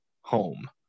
home